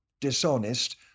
dishonest